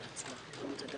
הנושא השני